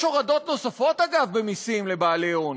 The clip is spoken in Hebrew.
יש הורדות נוספות, אגב, במסים לבעלי הון.